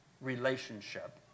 relationship